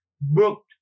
booked